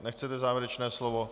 Nechcete závěrečné slovo.